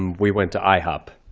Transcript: we went to ihop.